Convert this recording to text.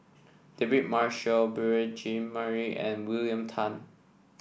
David Marshall Beurel Jean Marie and William Tan